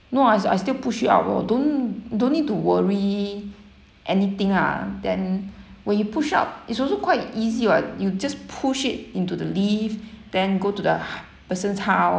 no I s~ I still push it up oh don't don't need to worry anything lah then when you push up is also quite easy [what] you just push it into the lift then go to the h~ person's house